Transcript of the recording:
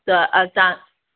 त असां